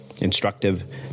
instructive